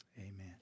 Amen